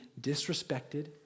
disrespected